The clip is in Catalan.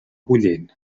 bullent